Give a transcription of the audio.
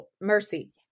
mercy